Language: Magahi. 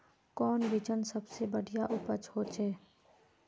कौन बिचन सबसे बढ़िया उपज होते?